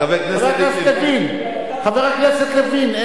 חבר הכנסת לוין,